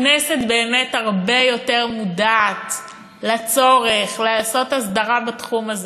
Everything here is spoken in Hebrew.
הכנסת באמת הרבה יותר מודעת לצורך לעשות הסדרה בתחום הזה,